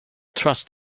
trust